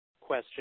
question